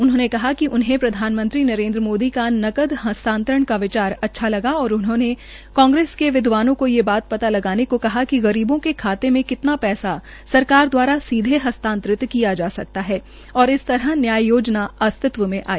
उन्होंने कहा कि प्रधानमंत्री नरेन्द्र मोदी का नकद हस्तातंरण का विचार अच्छा लगा और उन्होंने कांग्रेस के विदवानों को ये वात पता लगाने को कहा कि गरीबों के खाते में कितना पैसा सरकार दवारा सीधे हस्तांतरित कियाजा सकता है इस तरह न्याय योजना अस्तित्व में आई